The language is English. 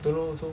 don't know also